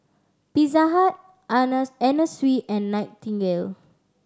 Pizza Hut Anna Sui and Nightingale